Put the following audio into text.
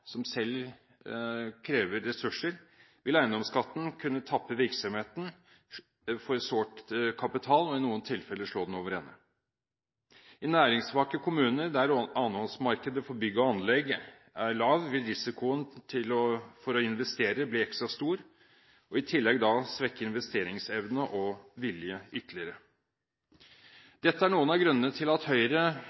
som selv krever ressurser, vil eiendomsskatten kunne tappe virksomheten for sårt tiltrengt kapital, og i noen tilfeller slå den overende. I næringssvake kommuner, der annenhåndsmarkedet for bygg og anlegg er lav, vil risikoen ved å investere bli ekstra stor og i tillegg svekke investeringsevne og -vilje ytterligere. Dette er noen av grunnene til at Høyre